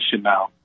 now